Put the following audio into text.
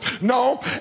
no